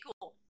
cool